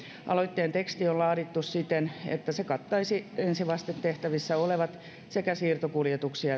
aloitteen teksti on laadittu siten että se kattaisi ensivastetehtävissä olevat sekä siirtokuljetuksia